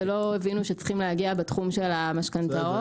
ולא הבינו שצריכים להגיע בתחום של המשכנתאות.